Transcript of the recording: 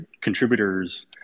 contributors